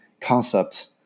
concept